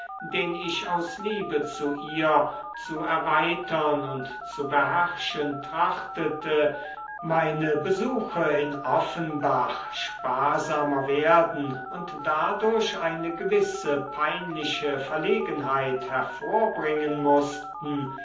den ich aus liebe zu ihr zu erweitern und zu beherrschen trachtete meine besuche in offenbach sparsamer werden und dadurch eine gewisse peinliche verlegenheit hervorbringen mußten